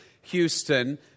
Houston